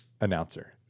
Announcer